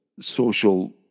social